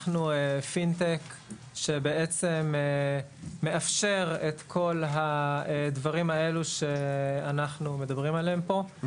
אנחנו פינטק שמאפשר את כל הדברים האלו שאנחנו מדברים עליהם פה,